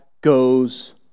goes